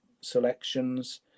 selections